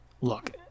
look